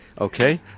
Okay